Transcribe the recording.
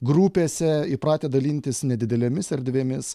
grupėse įpratę dalintis nedidelėmis erdvėmis